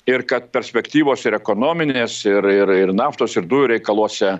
ir kad perspektyvos ir ekonominės ir ir naftos ir dujų reikaluose